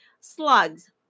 slugs